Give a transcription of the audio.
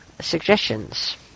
suggestions